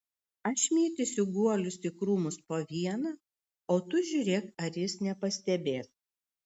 aš mėtysiu guolius į krūmus po vieną o tu žiūrėk ar jis nepastebės